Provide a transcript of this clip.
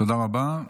תודה רבה.